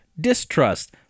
distrust